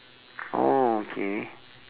oh okay